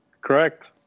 Correct